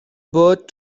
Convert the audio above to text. boat